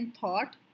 thought